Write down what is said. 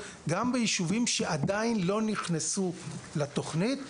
גם ביישובים שעדיין לא נכנסו לתוכנית,